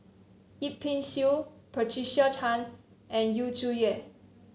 Yip Pin Xiu Patricia Chan and Yu Zhuye